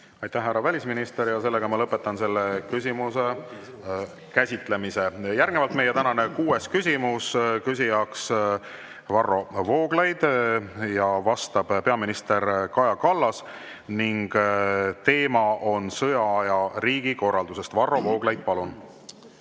Aitäh, härra välisminister! Ma lõpetan selle küsimuse käsitlemise. Järgnevalt meie tänane kuues küsimus. Küsijaks on Varro Vooglaid, vastab peaminister Kaja Kallas ning teema on sõjaaja riigikorraldus. Varro Vooglaid, palun!